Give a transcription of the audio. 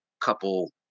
couple